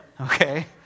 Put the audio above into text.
okay